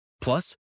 Plus